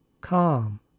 calm